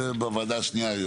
זה בוועדה השנייה.